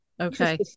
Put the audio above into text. Okay